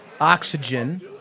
oxygen